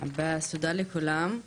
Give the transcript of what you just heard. תודה לכולם.